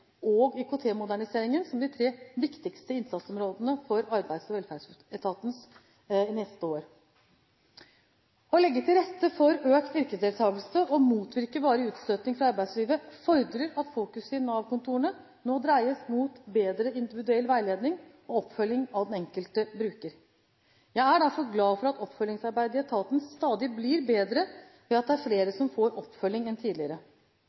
og IKT-moderniseringen som de tre viktigste innsatsområdene for Arbeids- og velferdsetaten neste år. Å legge til rette for økt yrkesdeltakelse og motvirke varig utstøting fra arbeidslivet fordrer at fokuset i Nav-kontorene nå dreies mot bedre individuell veiledning og oppfølging av den enkelte bruker. Jeg er derfor glad for at oppfølgingsarbeidet i etaten stadig blir bedre ved at det er flere som får oppfølging enn tidligere.